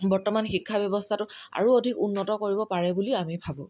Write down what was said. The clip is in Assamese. বৰ্তমান শিক্ষা ব্যৱস্থাটো আৰু অধিক উন্নত কৰিব পাৰে বুলি আমি ভাবোঁ